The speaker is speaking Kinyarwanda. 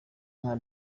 nka